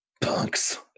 punks